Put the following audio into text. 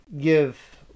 give